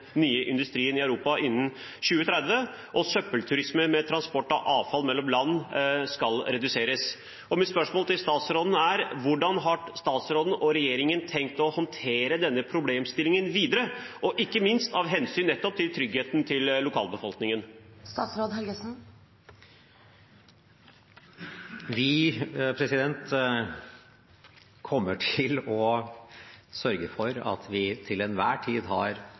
nye industrien i Europa innen 2030, og søppelturisme med transport av avfall mellom land skal reduseres. Mitt spørsmål til statsråden er: Hvordan har statsråden og regjeringen tenkt å håndtere denne problemstillingen videre, ikke minst av hensyn nettopp til tryggheten til lokalbefolkningen? Vi kommer til å sørge for at vi til enhver tid har